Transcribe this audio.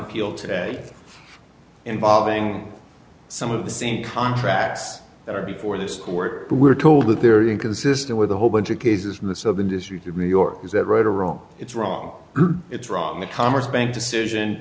appeal today involving some of the same contracts that are before this court but we're told that they're inconsistent with a whole bunch of cases in the southern district of new york is that right or wrong it's wrong it's wrong the commerzbank decision